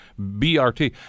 BRT